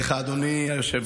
אני מודה לך, אדוני היושב-ראש.